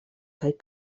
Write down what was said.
kaj